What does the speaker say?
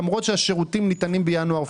למרות שהשירותים בגינם ניתנים בינואר-פברואר.